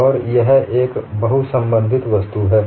और यह एक बहुसंबंधित वस्तु है